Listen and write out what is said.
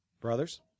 brothers